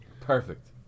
perfect